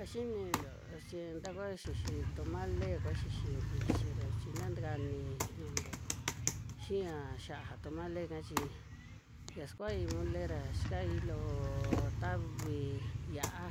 A xi ni nto chi nta kúa xi xi. Tómale kúa xi xi iki ví chi ra. Ví chi na nti ka ni nu ju nto, xi'a xa'a tómale ka chi. Ya skuai mole ra chi kai loo, ta vi ya'a.